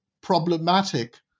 problematic